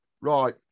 right